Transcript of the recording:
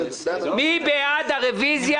מי בעד הרוויזיה?